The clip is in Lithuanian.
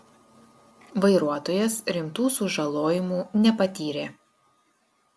vairuotojas rimtų sužalojimų nepatyrė